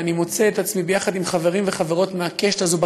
ואני מוצא את עצמי ביחד עם חברים וחברות מהקשת הזו,